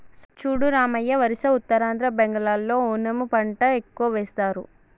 చూడు రామయ్య ఒరిస్సా ఉత్తరాంధ్ర బెంగాల్లో ఓనము పంట ఎక్కువ వేస్తారు